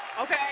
Okay